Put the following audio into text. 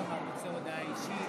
הממשלה.